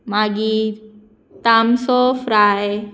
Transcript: मागीर तामसो फ्राय